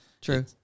true